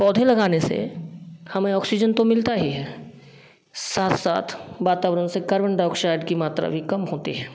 पौधे लगाने से हमें ऑक्सीजन तो मिलता ही है साथ साथ वातावरण से कार्बन डाईआक्साइड की मात्रा भी कम होती है